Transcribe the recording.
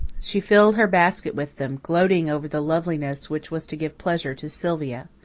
she filled her basket with them, gloating over the loveliness which was to give pleasure to sylvia.